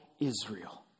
Israel